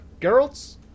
Geralt's